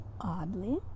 Oddly